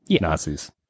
Nazis